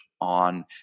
on